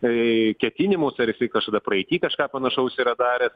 į ketinimus ar jisai kažkada praeity kažką panašaus yra daręs